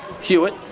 Hewitt